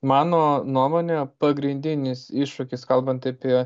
mano nuomone pagrindinis iššūkis kalbant apie